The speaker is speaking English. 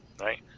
right